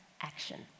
action